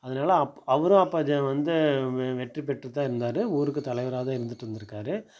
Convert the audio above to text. அதனால அப் அவரும் அப்போ ஜ வந்து வெ வெற்றி பெற்று தான் இருந்தார் ஊருக்கு தலைவராக தான் இருந்துவிட்டு இருந்திருக்காரு